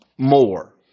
more